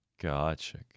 Gotcha